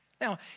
Now